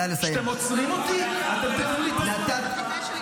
מותר לי לעלות.